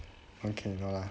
okay go lah